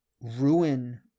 ruin